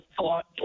thought